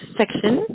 section